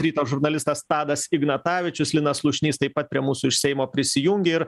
ryto žurnalistas tadas ignatavičius linas slušnys taip pat prie mūsų iš seimo prisijungė ir